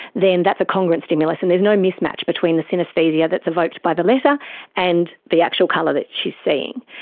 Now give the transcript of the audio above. then that's a congruent stimulus, and there's no mismatch between the synaesthesia that's evoked by the letter and the actual colour that she's seeing.